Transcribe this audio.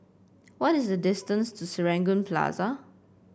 what is the distance to Serangoon Plaza